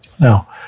Now